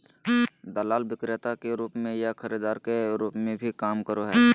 दलाल विक्रेता के रूप में या खरीदार के रूप में भी काम करो हइ